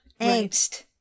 angst